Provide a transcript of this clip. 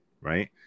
right